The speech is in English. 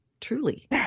truly